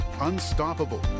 Unstoppable